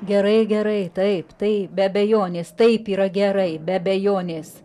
gerai gerai taip tai be abejonės taip yra gerai be abejonės